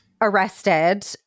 arrested